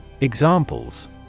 Examples